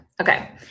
Okay